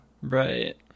Right